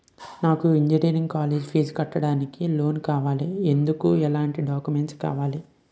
నాకు engineering college fee కట్టేందుకు loan కావాలి, ఎందుకు ఎలాంటి డాక్యుమెంట్స్ ఇవ్వాలి?